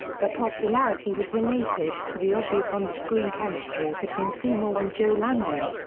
the popularity was related to the obvious on-screen chemistry between seymour and joe lando.